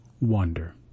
wonder